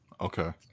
Okay